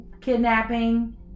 Kidnapping